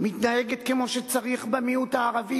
מתנהגת כמו שצריך כלפי המיעוט הערבי.